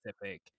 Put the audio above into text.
specific